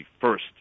first